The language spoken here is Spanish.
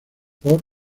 por